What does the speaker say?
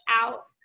out